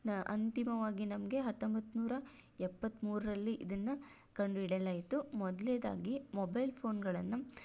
ಅಂತಿಮವಾಗಿ ನಮಗೆ ಹತ್ತೊಂಬತ್ತ್ನೂರ ಎಪ್ಪತ್ತ್ಮೂರರಲ್ಲಿ ಇದನ್ನು ಕಂಡುಹಿಡಿಯಲಾಯ್ತು ಮೊದಲ್ನೇದಾಗಿ ಮೊಬೆಲ್ ಫೋನ್ಗಳನ್ನು